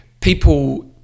people